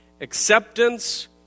Acceptance